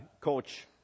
coach